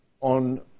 on